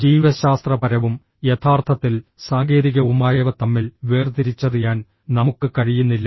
ജീവശാസ്ത്രപരവും യഥാർത്ഥത്തിൽ സാങ്കേതികവുമായവ തമ്മിൽ വേർതിരിച്ചറിയാൻ നമുക്ക് കഴിയുന്നില്ല